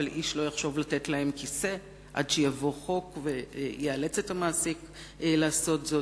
אבל איש לא יחשוב לתת להם כיסא עד שיבוא חוק ויאלץ את המעסיק לעשות זאת.